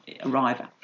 arrive